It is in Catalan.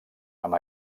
amb